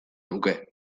nuke